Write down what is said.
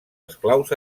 esclaus